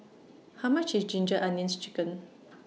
How much IS Ginger Onions Chicken